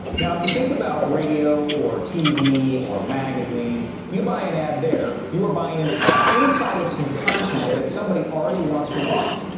now if you think about radio, or tv, or magazines, you buy an ad there, you are buying an ad inside of some content that someone already wants to watch.